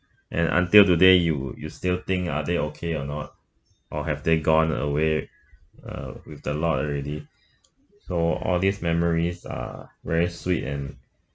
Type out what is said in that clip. and until today you'll you still think are they okay or not or have they gone away uh with the lot already so all these memories are very sweet and